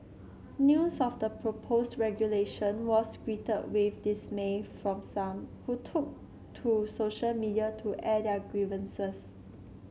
news of the proposed regulation was greeted with dismay from some who took to social media to air their grievances